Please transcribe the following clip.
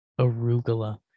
Arugula